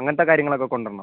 അങ്ങനത്തെ കാര്യങ്ങളൊക്കെ കൊണ്ടുവരണോ